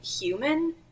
human